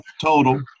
total